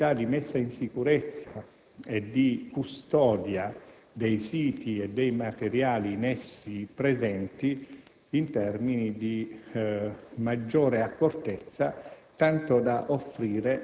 a gestire le attività di messa in sicurezza e di custodia dei siti e dei materiali in essi presenti in termini di maggiore accortezza,